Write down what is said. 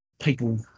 people